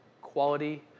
quality